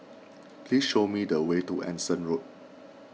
please show me the way to Anson Road